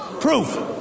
Proof